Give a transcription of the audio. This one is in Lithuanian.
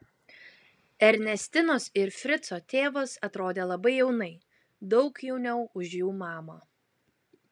ernestinos ir frico tėvas atrodė labai jaunai daug jauniau už jų mamą